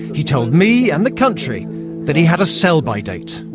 he told me and the country that he had a sell-by date.